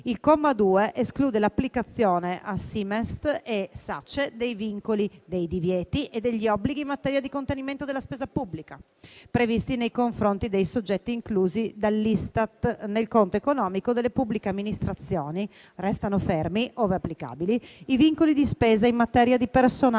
Il comma 2 esclude l'applicazione a SIMEST e SACE dei vincoli, dei divieti e degli obblighi in materia di contenimento della spesa pubblica previsti nei confronti dei soggetti inclusi dall'Istat nel conto economico delle pubbliche amministrazioni. Restano fermi, ove applicabili, i vincoli di spesa in materia di personale